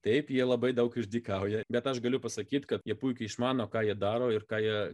taip jie labai daug išdykauja bet aš galiu pasakyt kad jie puikiai išmano ką jie daro ir ką jie